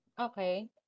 Okay